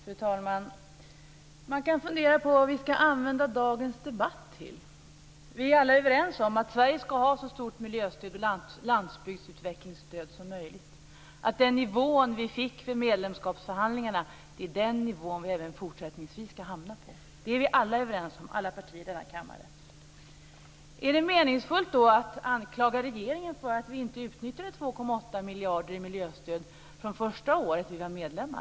Fru talman! Man kan fundera på vad vi ska använda dagens debatt till. Vi är alla överens om att Sverige ska ha så stort miljöstöd och landsbygdsutvecklingsstöd som möjligt, att den nivå som vi fick vid medlemskapsförhandlingarna är den nivå som vi även fortsättningsvis ska hamna på. Detta är vi alla partier i denna kammare överens om. Är det då meningsfullt att anklaga regeringen för att vi inte utnyttjade 2,8 miljarder i miljöstöd från första året som vi var medlemmar?